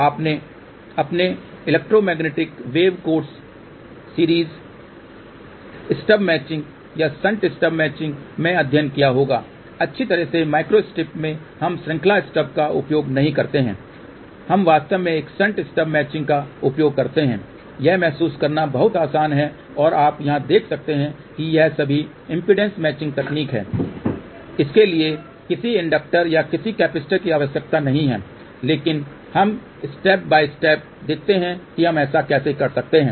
आपने अपने electromagnetic wave course series stub matching या शंट स्टब मैचिंग में अध्ययन किया होगा अच्छी तरह से माइक्रोस्ट्रिप में हम श्रृंखला स्टब का उपयोग नहीं करते हैं हम वास्तव में एक शंट स्टब मैचिंग का उपयोग करते हैं यह महसूस करना बहुत आसान है और आप यहां देख सकते हैं कि यह सभी इम्पीडेन्स मैचिंग तकनीक है इसके लिए किसी इंडक्टर या किसी कैपेसिटर की आवश्यकता नहीं है लेकिन हमें स्टेप बाय स्टेप देखते हैं कि हम ऐसा कैसे कर सकते हैं